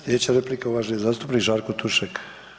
Sljedeća replika uvaženi zastupnik Žarko Tušek.